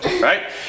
right